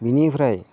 बेनिफ्राय